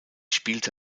spielte